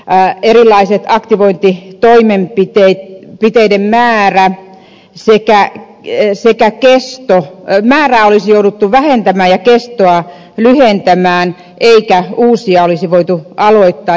pää edellä ja voitti tyttöjen tyttö tätä lisäbudjettia erilaisten aktivointitoimenpiteiden määrää olisi jouduttu vähentämään ja kestoa lyhentämään eikä uusia olisi voitu aloittaa